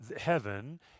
heaven